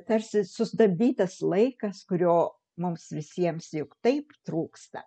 tarsi sustabdytas laikas kurio mums visiems juk taip trūksta